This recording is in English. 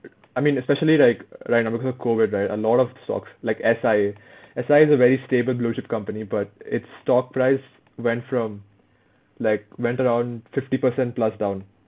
I mean especially like right now because of COVID right a lot of stocks like S_I_A S_I_A's a very stable blue chip company but its stock price went from like went around fifty percent plus down